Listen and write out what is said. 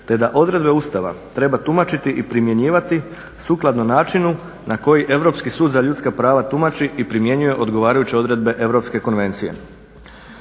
te da odredbe Ustava treba tumačiti i primjenjivati sukladno načinu na koji Europski sud za ljudska prava tumači i primjenjuje odgovarajuće odredbe Europske konvencije.